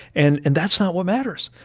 and and that's not what matters.